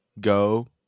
go